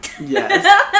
Yes